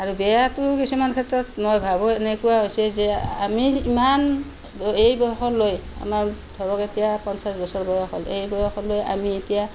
আৰু বেয়াটো হৈছে কিছুমান ক্ষেত্ৰত মই ভাবোঁ এনেকুৱা হৈছে যে আমি ইমান এই বয়সলৈ আমাৰ ধৰক এতিয়া পঞ্চাছ বছৰ বয়সলৈ এই বয়সলৈ আমি এতিয়া